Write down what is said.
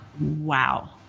wow